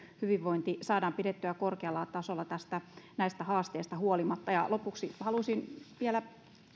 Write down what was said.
hyvinvointi saadaan pidettyä korkealla tasolla näistä haasteista huolimatta lopuksi haluaisin vielä